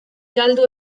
galdu